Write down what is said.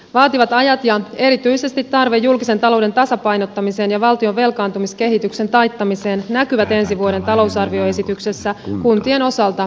vaativat ajat ja erityisesti tarve julkisen talouden tasapainottamiseen ja valtion velkaantumiskehityksen taittamiseen näkyvät ensi vuoden talousarvioesityksessä kuntien osalta kiristävinä